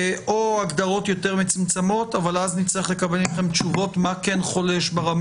או הגדרות יותר מצומצמות אבל אז נצטרך לקבל מכם תשובות מה כן חולש ברמה